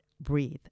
breathe